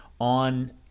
on